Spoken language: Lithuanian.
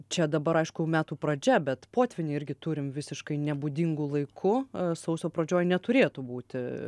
čia dabar aišku metų pradžia bet potvynį irgi turim visiškai nebūdingu laiku sausio pradžioj neturėtų būti